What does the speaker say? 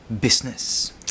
business